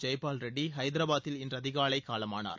ஜெய்பால் ரெட்டி ஹைதராபாத்தில் இன்று அதிகாலை காலமானார்